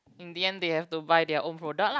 in the end they have to buy their own product lah